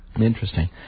interesting